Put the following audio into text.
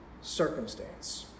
Circumstance